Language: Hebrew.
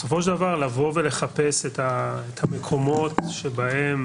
לבוא ולחפש את המקומות שבהם